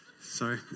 Sorry